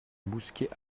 mousquet